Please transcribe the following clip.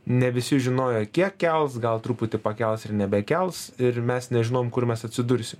ne visi žinojo kiek kels gal truputį pakels ir nebekels ir mes nežinom kur mes atsidursim